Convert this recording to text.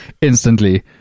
instantly